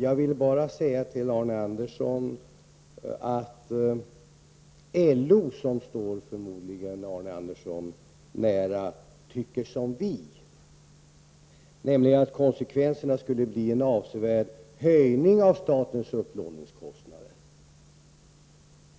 Jag vill bara säga till Arne Andersson i Gamleby att LO, som förmodligen står Arne Andersson nära, tycker som vi, nämligen att konsekvenserna skulle bli en avsevärd höjning av statens upplåningskostnader,